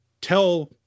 tell